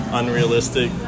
unrealistic